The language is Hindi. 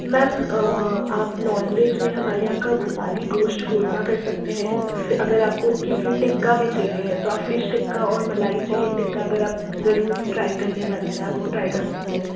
मैम आप नॉन वेज में हमारे यहाँ का भोपाली गोश्त क़ोरमा कर सकते हैं तो अगर आपको किसी टिक्का में चाहिए तो आप फिश टिक्का और मलाई चिकिन टिक्का अगर आप ज़रूर ट्राई करने वाला है आप वो ट्राई कर सकते हैं